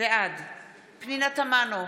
בעד פנינה תמנו,